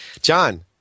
John